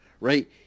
right